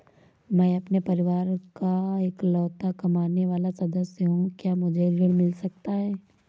मैं अपने परिवार का इकलौता कमाने वाला सदस्य हूँ क्या मुझे ऋण मिल सकता है?